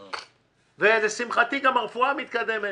ולשמחתי גם הרפואה מתקדמת.